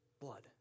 blood